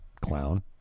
clown